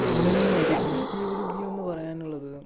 ഫോണിന് നെഗറ്റീവ് റീവ്യൂന്ന് പറയാനുള്ളത്